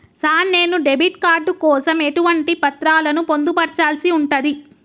Sir నేను debit card కోసం ఎటువంటి పత్రాలను పొందుపర్చాల్సి ఉంటది?